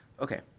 okay